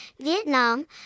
Vietnam